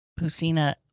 Pusina